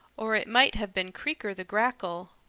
or it might have been creaker the grackle,